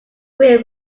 wheel